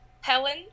Helen